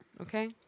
Okay